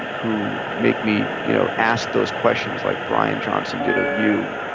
who make me you know ask those questions like bryan johnson did of you